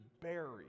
buried